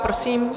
Prosím.